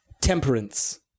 Temperance